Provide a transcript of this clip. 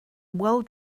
well